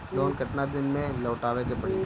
Loan केतना दिन में लौटावे के पड़ी?